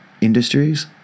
industries